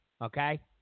Okay